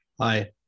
Hi